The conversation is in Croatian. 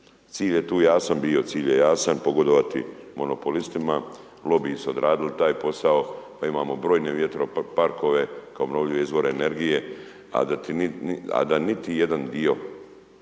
Cilj j tu jasan bio, cilj je jasan, pogodovati monopolistima, lobiji su odradili taj posao pa imamo brojne vjetroparkove kao obnovljive izvore energije a da niti jedan dio